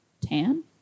Tan